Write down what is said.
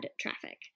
traffic